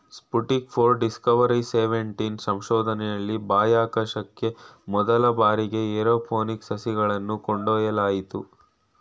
Sputnik four, Discovery seventeen ಸಂಶೋಧನೆಯಲ್ಲಿ ಬಾಹ್ಯಾಕಾಶಕ್ಕೆ ಮೊದಲ ಬಾರಿಗೆ ಏರೋಪೋನಿಕ್ ಸಸಿಗಳನ್ನು ಕೊಂಡೊಯ್ಯಲಾಯಿತು